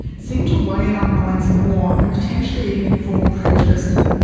seemed to weigh in our minds more and potentially even inform prejudice more